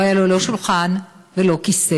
לא היו לו לא שולחן ולא כיסא,